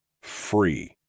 free